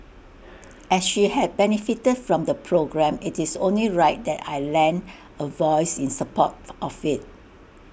as she had benefited from the programme IT is only right that I lend A voice in support of IT